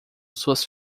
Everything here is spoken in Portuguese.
suas